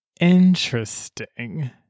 Interesting